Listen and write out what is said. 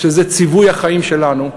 שזה ציווי החיים שלנו,